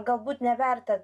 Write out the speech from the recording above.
galbūt neverta